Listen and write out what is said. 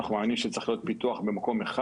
אנחנו מאמינים שצריך להיות פיתוח במקום אחד